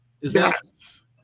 Yes